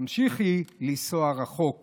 תמשיכי לנסוע רחוק